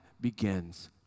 begins